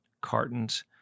cartons